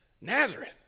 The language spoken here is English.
Nazareth